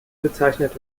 bezeichnet